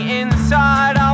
inside